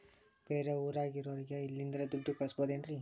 ಬೇರೆ ಊರಾಗಿರೋರಿಗೆ ಇಲ್ಲಿಂದಲೇ ದುಡ್ಡು ಕಳಿಸ್ಬೋದೇನ್ರಿ?